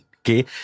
okay